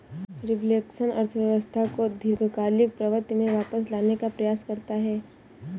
reflection अर्थव्यवस्था को दीर्घकालिक प्रवृत्ति में वापस लाने का प्रयास करता है